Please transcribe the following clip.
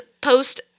post